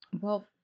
Well-